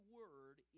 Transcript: word